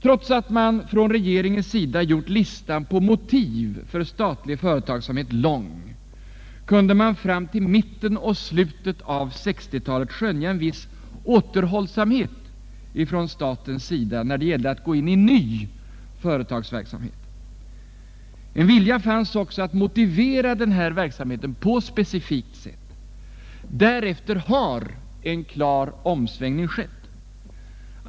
Trots att man från regeringens sida gjort listan på motiv för statlig företagsamhet lång, kunde man fram till mitten och slutet av 1960-talet skönja en viss återhållsamhet från statens sida, när det gällde att gå in i ny företagsverksamhet. En vilja fanns också att motivera denna verksamhet på ett specifikt sätt. Därefter har en klar omsvängning skett.